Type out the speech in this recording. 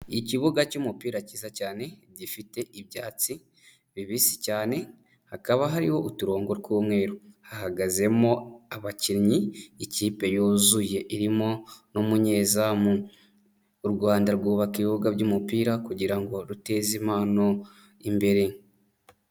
Ikibuga cy'umupira kiza cyane gifite ibyatsi bibisi cyane, hakaba hariho uturongo tw'umweru. Hahagazemo abakinnyi, ikipe yuzuye irimo n'umunyezamu.U Rwanda rwubaka ibibuga by'umupira kugira ngo ruteze impano imbere.